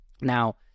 Now